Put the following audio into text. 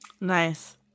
Nice